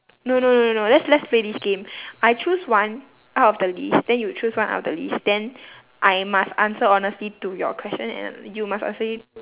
no no no no no let's let's play this game I choose one out of the list then you choose one out of the list then I must answer honestly to your question and you must answer me